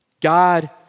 God